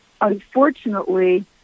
Unfortunately